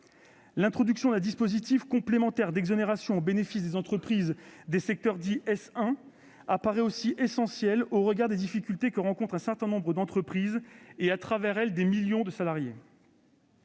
L'introduction d'un dispositif complémentaire d'exonération au bénéfice des entreprises des secteurs dits « S1 » apparaît également essentielle au regard des difficultés que rencontrent un certain nombre d'entreprises et, à travers elles, des millions de salariés.